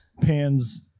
Pans